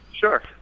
Sure